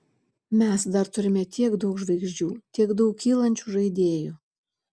mes dar turime tiek daug žvaigždžių tiek daug kylančių žaidėjų